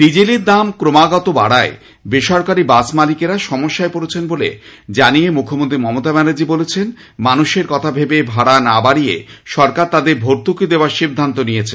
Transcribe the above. ডিজেলের দাম ক্রমাগত বাড়ায় বেসরকারি বাস মালিকেরা সমস্যায় পড়ছেন বলে জানিয়ে মুখ্যমন্ত্রী মমতা ব্যানার্জী বলেছেন মানুষের কথা ভেবে ভাড়া না বাড়িয়ে সরকার তাদের ভর্তুকি দেওয়ার সিদ্ধান্ত নিয়েছে